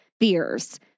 fears